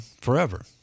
forever